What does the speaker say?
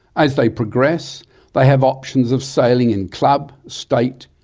as they progress they have options of sailing in club, state,